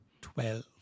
Twelve